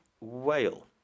Whale